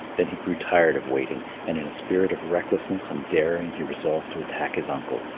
then he grew tired of waiting, and in a spirit of recklessness and daring he resolved to attack his uncle,